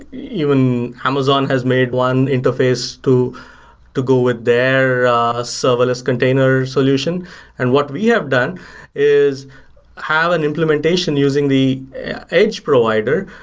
even amazon has made one interface to to go with their serverless container solution and what we have done is have an implementation using the edge provider,